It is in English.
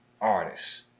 artists